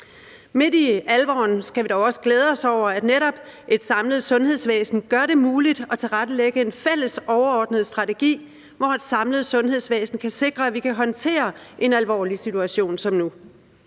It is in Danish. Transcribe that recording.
Midt i alvoren skal vi dog også glæde os over, at netop et samlet sundhedsvæsen gør det muligt at tilrettelægge en fælles overordnet strategi, så et samlet sundhedsvæsen kan sikre, at vi kan håndtere en alvorlig situation som nu.